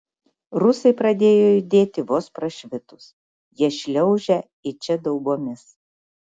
rusai pradėjo judėti vos prašvitus jie šliaužia į čia daubomis